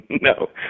No